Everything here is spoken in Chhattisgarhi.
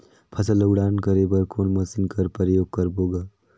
फसल ल उड़ान करे बर कोन मशीन कर प्रयोग करबो ग?